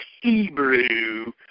Hebrew